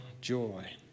Joy